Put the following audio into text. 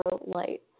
light